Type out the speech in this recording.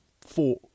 Four